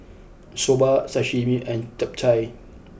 Soba Sashimi and Japchae